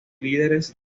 líderes